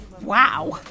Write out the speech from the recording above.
Wow